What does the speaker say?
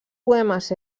poemes